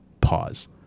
Pause